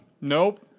Nope